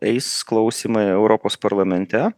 eis klausymai europos parlamente